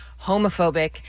homophobic